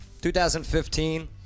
2015